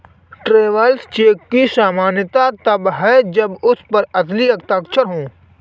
travellers cheque की मान्यता तब है जब उस पर असली हस्ताक्षर हो